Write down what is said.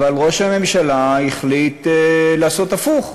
אבל ראש הממשלה החליט לעשות הפוך,